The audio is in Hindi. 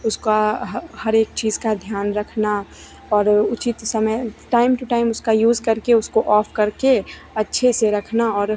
उसका हर एक चीज़ का ध्यान रखना और उचित समय टाइम टू टाइम उसका यूज़ करके उसको ऑफ़ करके अच्छे से रखना और